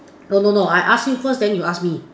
no no no I ask you first then you ask me